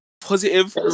positive